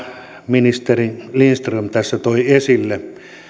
ministeri lindström tässä toi esille satatuhatta ja